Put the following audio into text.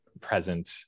present